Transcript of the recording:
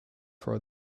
for